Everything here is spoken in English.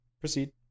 Proceed